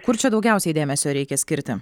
kur čia daugiausiai dėmesio reikia skirti